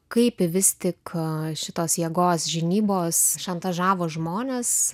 kaip vis tik šitos jėgos žinybos šantažavo žmones